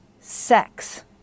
sex